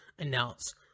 Announce